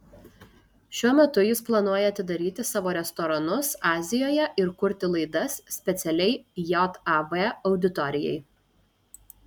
šiuo metu jis planuoja atidaryti savo restoranus azijoje ir kurti laidas specialiai jav auditorijai